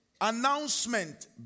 announcement